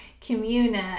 communa